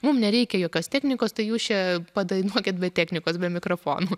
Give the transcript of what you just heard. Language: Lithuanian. mum nereikia jokios teknikos tai jūs čia padainuokit be teknikos be mikrafonų